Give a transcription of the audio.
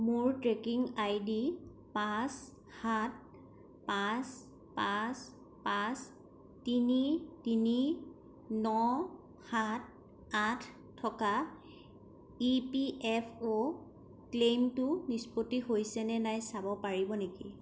মোৰ tracking ID পাঁচ সাত পাঁচ পাঁচ পাঁচ তিনি তিনি ন সাত আঠ থকা ই পি এফ অ' ক্লেইমটো নিষ্পত্তি হৈছেনে নাই চাব পাৰিব নেকি